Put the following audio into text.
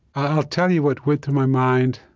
i'll tell you what went through my mind